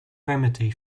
remedy